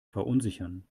verunsichern